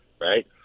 right